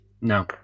No